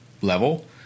level